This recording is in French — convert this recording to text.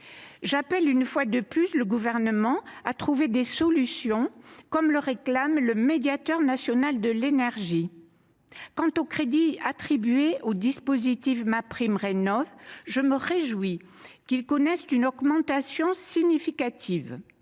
J’appelle une fois de plus le Gouvernement à trouver des solutions, comme le réclame le médiateur national de l’énergie. Quant aux crédits attribués au dispositif MaPrimeRénov’, je me réjouis qu’ils connaissent une augmentation significative.